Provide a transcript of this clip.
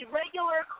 regular